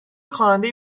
خواننده